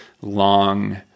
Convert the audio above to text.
long